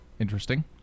interesting